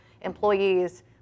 employees